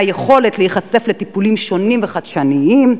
מהיכולת להיחשף לטיפולים שונים וחדשניים,